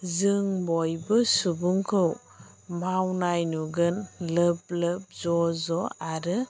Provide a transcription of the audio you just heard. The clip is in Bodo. जों बयबो सुबुंखौ मावनाय नुगोन लोब लोब ज' ज' आरो